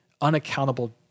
unaccountable